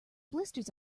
blisters